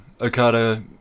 Okada